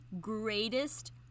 greatest